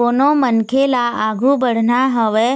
कोनो मनखे ल आघु बढ़ना हवय